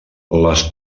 les